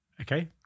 Okay